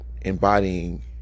embodying